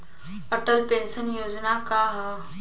Atal pension योजना का ह?